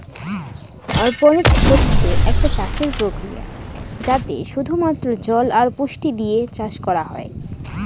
অরপনিক্স হচ্ছে একটা চাষের প্রক্রিয়া যাতে শুধু মাত্র জল আর পুষ্টি দিয়ে চাষ করা হয়